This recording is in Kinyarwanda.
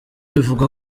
bivugwa